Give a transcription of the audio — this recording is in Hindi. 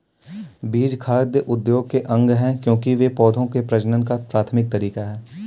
बीज खाद्य उद्योग के अंग है, क्योंकि वे पौधों के प्रजनन का प्राथमिक तरीका है